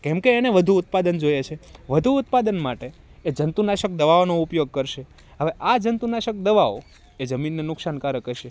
કેમકે એને વધુ ઉત્પાદન જોઈએ છે વધુ ઉત્પાદન માટે એ જંતુનાશક દવાઓનો ઉપયોગ કરશે હવે આ જંતુનાશક દવાઓ એ જમીનને નુકસાનકારક હશે